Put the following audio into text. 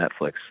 Netflix